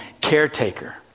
caretaker